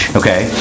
okay